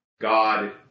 God